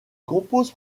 compose